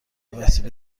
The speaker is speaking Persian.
وسیله